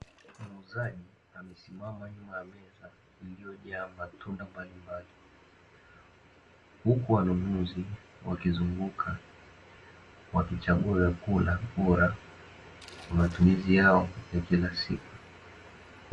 Muuzaji amesimama nyuma ya meza iliyojaa matunda mbalimbali, huku wanunuzi wakizunguka wakichagua vyakula bora kwa matumizi yao ya kila siku.